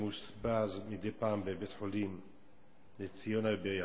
שמאושפז מדי פעם בבית-חולים "באר-יעקב,